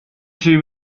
sie